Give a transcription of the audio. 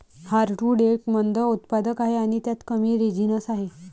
heartwood एक मंद उत्पादक आहे आणि त्यात कमी रेझिनस आहे